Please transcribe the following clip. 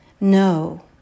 No